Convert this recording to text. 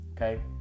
okay